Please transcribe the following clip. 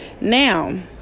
Now